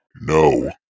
No